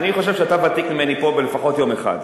אני חושב שאתה ותיק ממני פה ביום אחד לפחות.